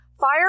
fire